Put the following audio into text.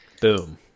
boom